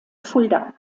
fulda